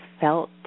felt